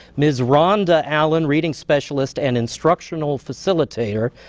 ms. rhonda allen, reading specialist and instructional facilitator,